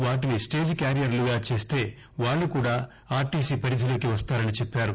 వాటిని స్లేజి క్యారియర్లుగా చేస్తే వాళ్లు కూడా ఆర్టీసీ పరిధిలోకి వస్తారని చెప్పారు